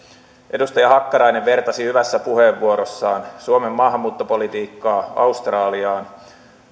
edustaja hakkarainen vertasi hyvässä puheenvuorossaan suomen maahanmuuttopolitiikkaa australiaan